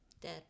Dead